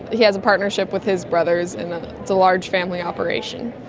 he has a partnership with his brothers and it's a large family operation.